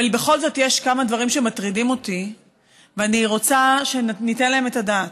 אבל בכל זאת יש כמה דברים שמטרידים אותי ואני רוצה שניתן עליהם את הדעת.